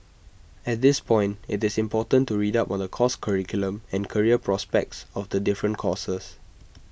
at this point IT is important to read up on the course curriculum and career prospects of the different courses